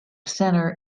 center